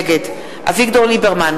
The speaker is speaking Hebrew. נגד אביגדור ליברמן,